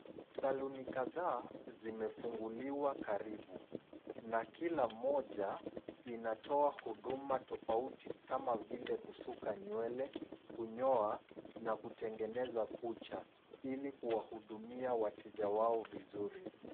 Saluni kadhaa zimefunguliwa karibu na kila moja inatoa huduma tofauti kama vile kusuka nywele, kunyoa na kutengeneza kucha, ili kuwahudumia wateja wao vizuri.